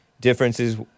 differences